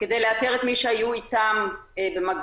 כדי לאתר את מי שהיו איתם במגע.